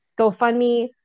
GoFundMe